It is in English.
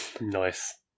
Nice